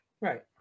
Right